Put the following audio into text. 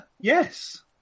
yes